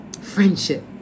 friendship